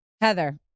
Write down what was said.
Heather